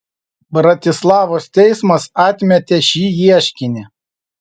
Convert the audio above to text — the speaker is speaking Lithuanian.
bratislavos teismas atmetė šį ieškinį